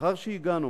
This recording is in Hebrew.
לאחר שהגענו,